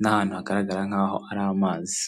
n'ahantu hagaragara nk'aho ari amazi.